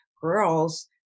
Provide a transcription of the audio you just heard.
girls